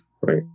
right